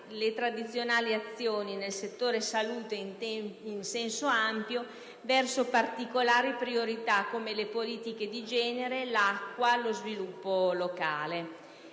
le tradizionali azioni nel settore della salute in senso ampio, verso particolari priorità come le politiche di genere, l'acqua, lo sviluppo locale